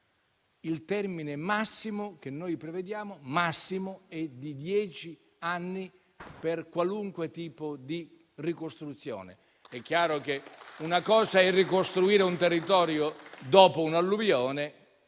il termine massimo che noi prevediamo è di dieci anni per qualunque tipo di ricostruzione. È chiaro che una cosa è ricostruire un territorio dopo un'alluvione,